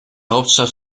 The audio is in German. hauptstadt